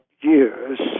years